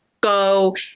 go